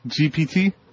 GPT